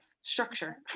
structure